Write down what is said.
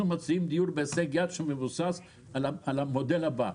אנחנו מציעים דיור בהישג יד שמבוסס על המודל הבא.